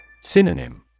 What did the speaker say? Synonym